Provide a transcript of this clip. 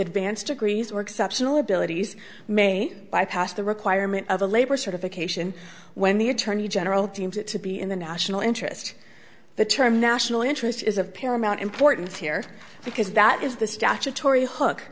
advanced degrees or exceptional abilities may bypass the requirement of a labor certification when the attorney general deems it to be in the national interest the term national interest is of paramount importance here because that is the statutory hook